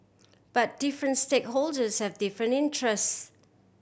but different stakeholders have different interests